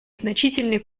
значительные